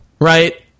right